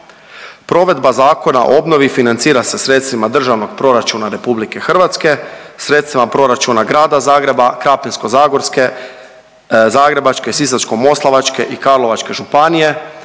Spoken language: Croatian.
Provedba Zakona o obnovi financira se sredstvima Državnog proračuna RH, sredstvima proračuna Grada Zagreba, Krapinsko-zagorske, Zagrebačke, Sisačko-moslavačke i Karlovačke županije